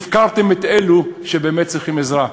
הפקרתם את אלו שבאמת צריכים עזרה.